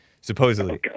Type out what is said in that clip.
supposedly